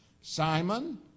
Simon